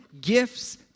gifts